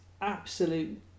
absolute